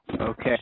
Okay